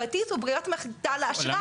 כרטיס הוא ברירת המחדל לאשראי.